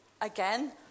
again